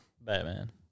Batman